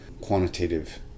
quantitative